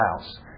house